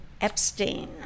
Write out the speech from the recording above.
epstein